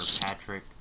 Patrick